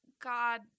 God